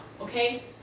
okay